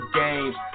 games